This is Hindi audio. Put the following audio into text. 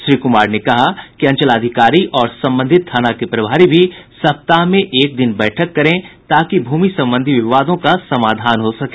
श्री कुमार ने कहा कि अंचलाधिकारी और संबंधित थाना के प्रभारी भी सप्ताह में एक दिन बैठक करें ताकि भूमि संबंधी विवादों का समाधान हो सके